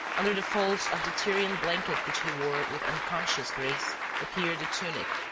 under the folds of the tyrian blanket which he wore with unconscious grace appeared a tunic,